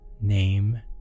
name